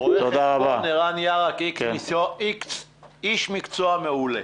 רו"ח ערן יארק רנטו הוא איש מקצוע מעולה.